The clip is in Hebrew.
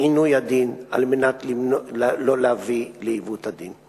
עינוי הדין על מנת שלא להביא לעיוות הדין.